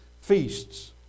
feasts